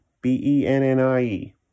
B-E-N-N-I-E